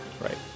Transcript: Right